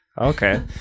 Okay